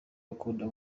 bakunda